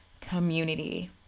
community